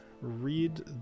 read